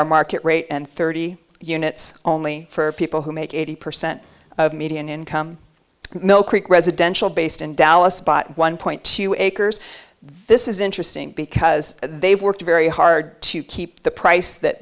are market rate and thirty units only for people who make eighty percent of median income mill creek residential based in dallas bought one point two acres this is interesting because they've worked very hard to keep the price that